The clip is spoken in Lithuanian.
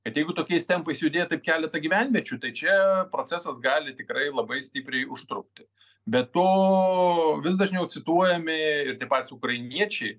bet jeigu tokiais tempais judėtų keletą gyvenviečių tai čia procesas gali tikrai labai stipriai užtrukti be to vis dažniau cituojami ir tie patys ukrainiečiai